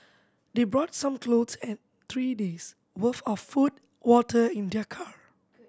they brought some clothes and three days' worth of food water in their car